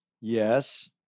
Yes